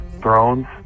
Thrones